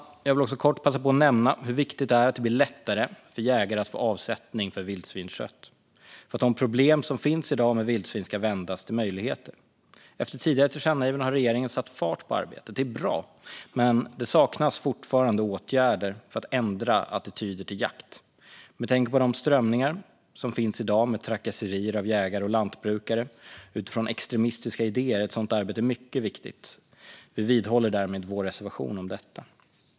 Jag vill också kort passa på att nämna hur viktigt det är att det blir lättare för jägare att få avsättning för vildsvinskött för att de problem som finns i dag med vildsvin ska vändas till möjligheter. Efter tidigare tillkännagivanden har regeringen satt fart på arbetet. Det är bra. Men fortfarande saknas åtgärder för att ändra attityder till jakt. Med tanke på de strömningar som finns i dag med trakasserier av jägare och lantbrukare utifrån extremistiska idéer är ett sådant arbete mycket viktigt. Vi vidhåller därmed vår reservation om detta.